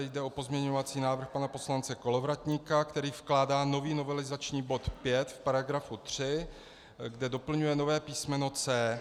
Jde o pozměňovací návrh pana poslance Kolovratníka, který vkládá nový novelizační bod 5 v § 3, kde doplňuje nové písmeno c).